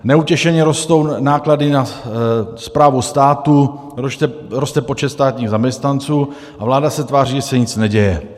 Neutěšeně rostou náklady na správu státu, roste počet státních zaměstnanců, a vláda se tváří, že se nic neděje.